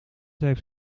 heeft